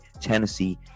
Tennessee